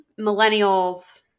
millennials